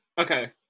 Okay